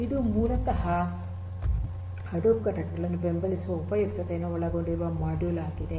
ಇದು ಮೂಲತಃ ಇತರ ಹಡೂಪ್ ಘಟಕಗಳನ್ನು ಬೆಂಬಲಿಸುವ ಉಪಯುಕ್ತತೆಗಳನ್ನು ಒಳಗೊಂಡಿರುವ ಮಾಡ್ಯೂಲ್ ಆಗಿದೆ